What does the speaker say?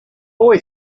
boy